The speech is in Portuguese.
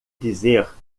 dizer